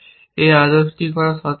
এই আদেশটি করা সঠিক নয়